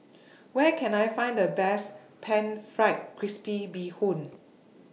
Where Can I Find The Best Pan Fried Crispy Bee Hoon